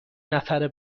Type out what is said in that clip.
نفره